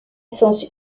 sens